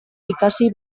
ikasi